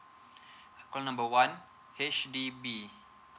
call number one H_D_B